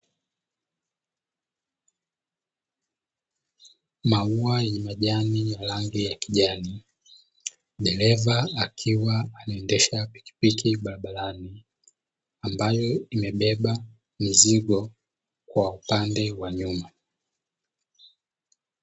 Maua yenye majani ya rangi ya kijani, dereva akiwa anaendesha pikipiki barabarani, ambayo imebeba mizigo kwa upande wa nyuma.